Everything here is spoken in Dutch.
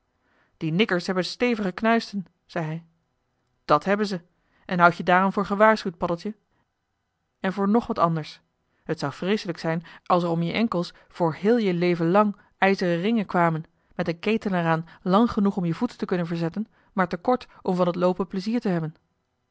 die nikkers hebben stevige knuisten zei hij dàt hebben ze en houd je daarom voor gewaarschuwd paddeltje en voor ng wat anders het zou vreeselijk zijn als er om je enkels voor heel je leven lang ijzeren ringen kwamen met een keten er aan lang genoeg om je voeten te kunnen verzetten maar te kort om van het loopen plezier te hebben